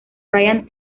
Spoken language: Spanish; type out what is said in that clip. ryan